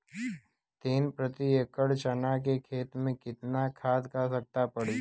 तीन प्रति एकड़ चना के खेत मे कितना खाद क आवश्यकता पड़ी?